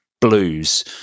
blues